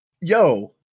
yo